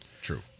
true